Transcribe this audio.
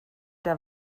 der